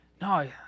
No